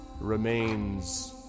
remains